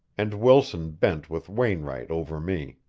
and wilson bent with wainwright over me.